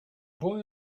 boy